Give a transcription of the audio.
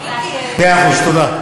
מאה אחוז, תודה.